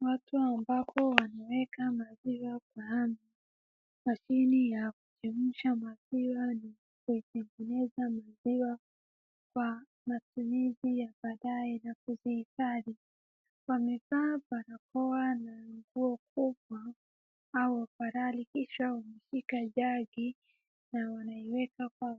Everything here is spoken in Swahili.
Watu ambapo wanaweka maziwa kwa mashine ya kuchemusha maziwa na kutengeneza maziwa kwa matumizi ya baadaye na kuziihifadhi. Wamevaa barakoa na nguo kubwa au overoli kisha wanashika jagi na wanaiweka kwa.